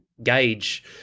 gauge